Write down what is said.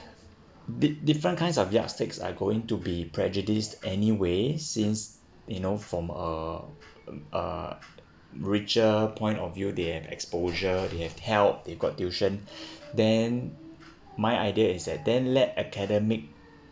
d~ different kinds of yardsticks are going to be prejudiced anyway since you know from uh uh richer point of view they have exposure they have held they got tuition then my idea is that then let academic